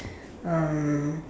um